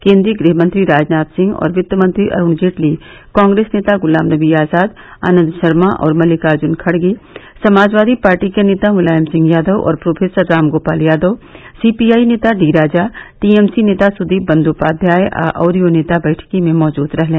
केन्द्रीय गृह मंत्री राजनाथ सिंह और वित्त मंत्री अरूण जेटली कांग्रेस नेता गुलाम नवी आजाद आनन्द शर्मा और मल्तिकार्जुन खड़गे समाजवादी पार्टी नेता मुलायम सिंह यादव तथा प्रोफेसर राम गोपाल यादव सीपीआई नेता डी राजा टीएमसी नेता सुदीप बंदोपाध्याय तथा अन्य नेता बैठक में मौजूद थे